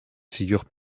figurent